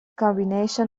combination